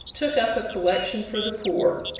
took up a collection for the poor,